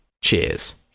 cheers